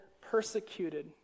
persecuted